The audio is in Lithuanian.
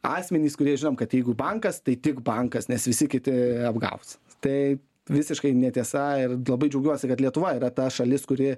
asmenys kurie žinom kad jeigu bankas tai tik bankas nes visi kiti apgaus tai visiškai netiesa ir labai džiaugiuosi kad lietuva yra ta šalis kuri